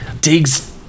digs